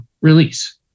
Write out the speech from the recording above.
release